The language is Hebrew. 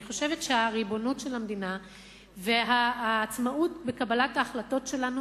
אני חושבת שהריבונות של המדינה והעצמאות בקבלת ההחלטות שלנו,